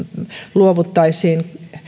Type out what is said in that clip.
luovuttaisiin